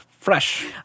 fresh